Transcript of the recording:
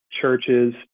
churches